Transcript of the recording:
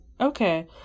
Okay